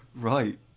Right